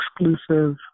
exclusive